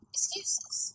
Excuses